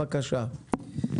בבקשה.